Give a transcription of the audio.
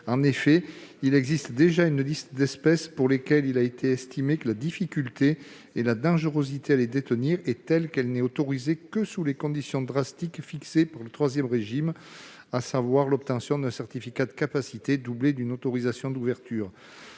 En effet, il existe déjà une liste d'espèces pour lesquelles il a été estimé que la difficulté et la dangerosité liées à leur détention sont telles que celle-ci n'est autorisée que sous les conditions draconiennes fixées pour le troisième régime, à savoir l'obtention d'un certificat de capacité, doublée d'une autorisation d'ouverture.